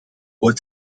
what